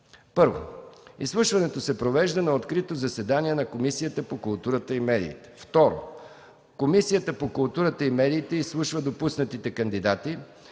1. Изслушването се провежда на открито заседание на Комисията по културата и медиите. 2. Комисията по културата и медиите изслушва допуснатите кандидати,